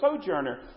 sojourner